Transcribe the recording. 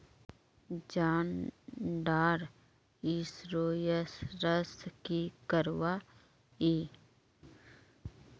जान डार इंश्योरेंस की करवा ई?